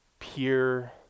Pure